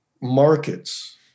markets